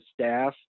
staff